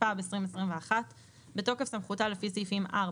התשפ"ב 2021 בתוקף סמכותה לפי סעיפים 4,